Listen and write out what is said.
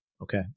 okay